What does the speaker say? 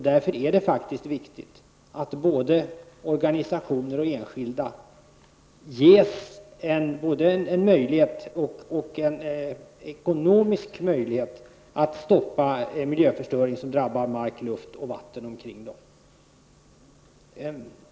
Därför är det viktigt att både organisationer och enskilda ges ekonomisk möjlighet att stoppa en miljöförstöring som drabbar mark, luft och vatten omkring dem.